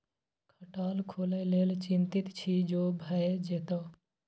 खटाल खोलय लेल चितिंत छी जो भए जेतौ